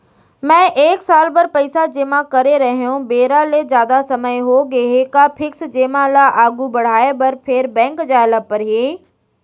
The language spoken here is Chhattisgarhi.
मैं एक साल बर पइसा जेमा करे रहेंव, बेरा ले जादा समय होगे हे का फिक्स जेमा ल आगू बढ़ाये बर फेर बैंक जाय ल परहि?